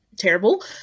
terrible